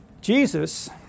Jesus